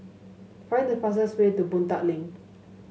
find the fastest way to Boon Tat Link